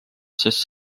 sest